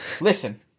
Listen